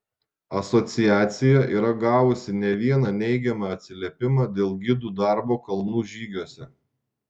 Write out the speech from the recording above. asociacija yra gavusi ne vieną neigiamą atsiliepimą dėl gidų darbo kalnų žygiuose